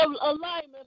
alignment